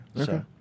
Okay